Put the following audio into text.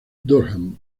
durham